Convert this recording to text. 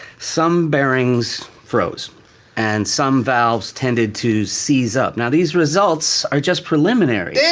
some bearings froze and some valves tended to seize up. now, these results are just preliminary. yeah